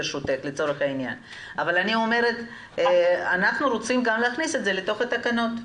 אבל אנחנו רוצים להכניס את זה גם לתוך התקנות.